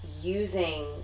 using